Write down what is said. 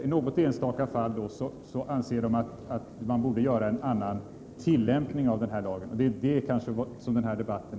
I något enstaka fall anser vpk att man borde göra en annan tillämpning av lagen.